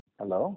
Hello